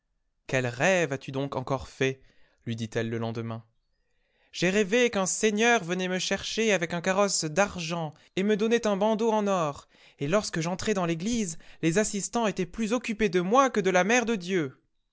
quel rêve as-tu donc encore fait lui dit-elle le lendemain j'ai rêvé qu'un seigneur venait me chercher avec un carrosse d'argent et me donnait un bandeau en or et lorsque j'entrais dans l'église les assistants étaient plus occupés de moi que de la mère de dieu